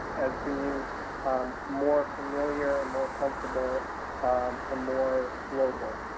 as being um more familiar and more comfortable um and more global.